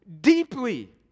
deeply